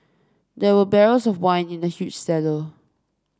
there were barrels of wine in the huge cellar